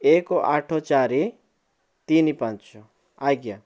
ଏକ ଆଠ ଚାରି ତିନି ପାଞ୍ଚ ଆଜ୍ଞା